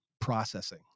processing